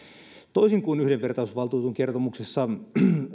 toisin kuin yhdenvertaisuusvaltuutetun kertomuksessa